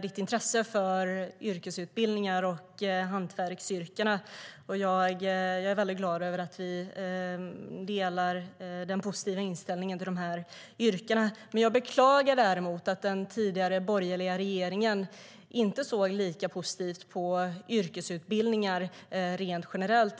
hans intresse för yrkesutbildningar och hantverksyrkena. Jag är väldigt glad över att vi delar den positiva inställningen till de här yrkena. Jag beklagar däremot att den tidigare borgerliga regeringen inte såg lika positivt på yrkesutbildningar rent generellt.